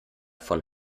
von